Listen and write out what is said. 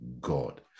God